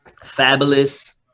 Fabulous